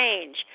change